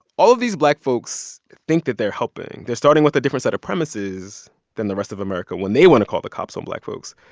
all of these black folks think that they're helping. they're starting with a different set of premises than the rest of america when they want to call the cops on black folks,